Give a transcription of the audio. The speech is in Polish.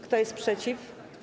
Kto jest przeciw?